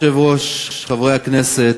אדוני היושב-ראש, חברי הכנסת,